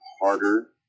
harder